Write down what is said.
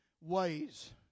ways